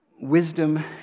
wisdom